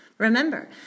Remember